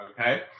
Okay